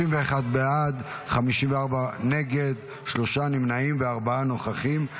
31 בעד, 54 נגד, שלושה נמנעים וארבעה נוכחים.